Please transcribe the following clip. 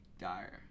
dire